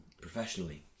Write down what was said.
professionally